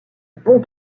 bons